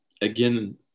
again